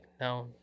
now